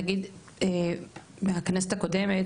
בכנסת הקודמת,